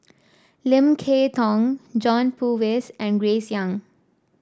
Lim Kay Tong John Purvis and Grace Young